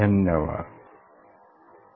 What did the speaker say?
धन्यवाद्